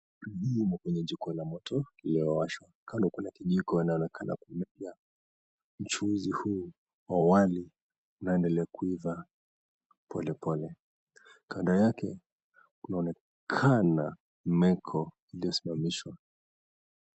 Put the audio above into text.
Hii imo kwenye jiko la moto liliwashwa. Kando kuna kijiko na inaonekana kumejaa mchuzi huu wa wali unaendelea kuiva polepole. Kando yake kunaonekana meko iliyosimamishwa.